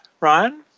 Ryan